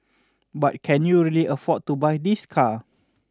but can you really afford to buy this car